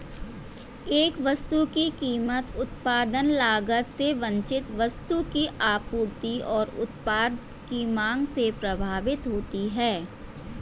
एक वस्तु की कीमत उत्पादन लागत से वांछित वस्तु की आपूर्ति और उत्पाद की मांग से प्रभावित होती है